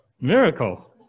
miracle